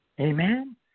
Amen